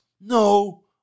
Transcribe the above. no